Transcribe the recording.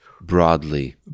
broadly